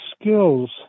skills